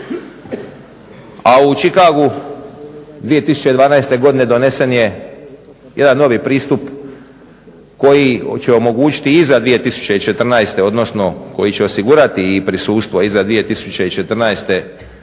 A u Chicagu 2012. godine donesen je jedan novi pristup koji će omogućiti iza 2014., odnosno koji će osigurati i prisustvo iza 2014.